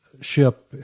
ship